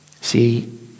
See